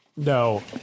No